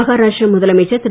மஹாராஷ்டிர முதலமைச்சர் திரு